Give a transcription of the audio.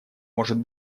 может